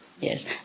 yes